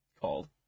called